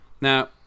Now